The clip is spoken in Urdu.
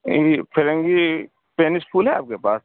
فرنگی پینس پھول ہے آپ کے پاس